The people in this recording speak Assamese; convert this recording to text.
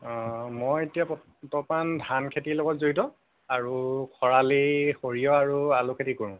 অঁ মই এতিয়া বৰ্তমান ধান খেতিৰ লগত জড়িত আৰু খৰালি সৰিয়হ আৰু আলু খেতি কৰোঁ